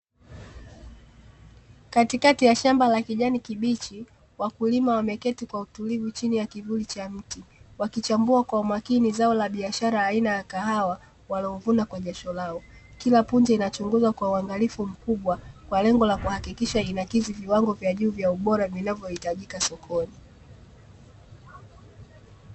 Katikati ya shamba la kijani kibichi, wakulima wameketi kwa utulivu chini ya kivuli cha mti, wakichambua kwa umakini zao la biashara aina ya kahawa, walilovuna kwa jasho lao. Kila punje inachunguzwa kwa umakini mkubwa, ili kuhakikisha linakidhi kiwango cha juu cha ubora, kinachohitajika sokoni.